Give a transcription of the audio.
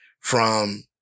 from-